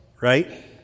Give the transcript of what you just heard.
right